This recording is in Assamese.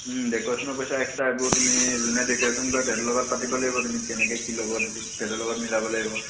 ডেকৰেশ্যনৰ পইচা এক্সট্ৰা এইবোৰ তুমি যোনে ডেকৰেশ্যন কৰে তেহেঁতৰ লগত পাতিব লাগিব তুমি কেনেকৈ ল'ব তেহেঁতি তেহেঁতৰ লগত মিলাব লাগিব